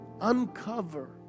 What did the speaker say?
uncover